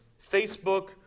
Facebook